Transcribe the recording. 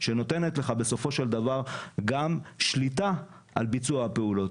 שנותנת לך בסופו של דבר גם שליטה על ביצוע הפעולות.